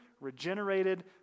regenerated